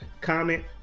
comment